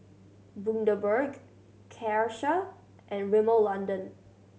Bundaberg Karcher and Rimmel London